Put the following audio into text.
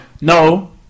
No